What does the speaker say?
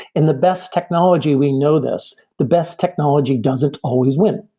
and the best technology, we know this, the best technology doesn't always win.